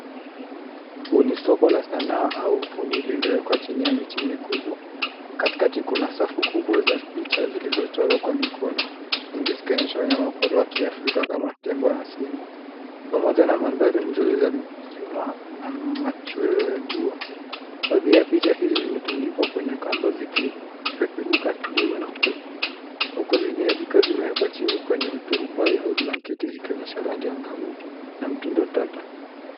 Huu ni soko la sanaa au ufundi lililowekwa chini ya miti mikubwa. Katikati kuna safu kubwa za picha zilizochorwa kwa mikono nyingi zikionyesha wanyamapori wa kiafrika kama tembo na simba pamoja na mandhari mzuri yamilima na machweo ya jua. Baadhi ya picha hizi zimetundikwa kwenye kamba zikipeperuka kidogo na upepo huku zingine zikiwa zimewekwa chini kwenye ruturubai au blanketi zikionyesha rangi angavu na mtindo tata.